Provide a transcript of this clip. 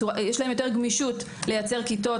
יש להם יותר גמישות לייצר כיתות